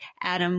Adam